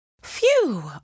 Phew